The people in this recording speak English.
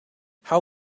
how